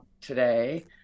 today